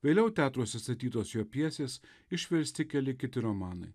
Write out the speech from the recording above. vėliau teatruose statytos jo pjesės išversti keli kiti romanai